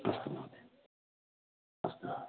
अस्तु महोदय अस्तु